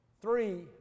three